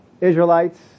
Israelites